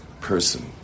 person